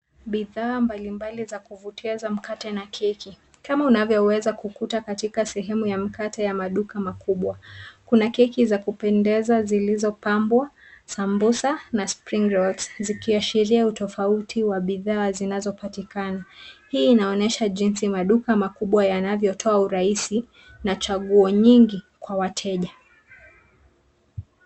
Bidhaa mbalimbali za kuvutia za mkate na keki, kama unavyoweza kukuta katika sehemu ya mkate ya maduka makubwa. Kuna keki za kupendeza zilizopambwa, sambusa na spring rolls zikiashiria utofauti wa bidhaa zinazopatikana. Hii inaonyesha jinsi maduka makubwa yanavyotoa urahisi na chaguo nyingi kwa wateja.